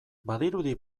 badirudi